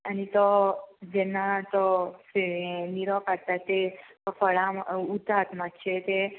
आनी तो जेन्ना तो हें निरो काडटा ते फळां उतात मातशें तें